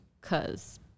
Cause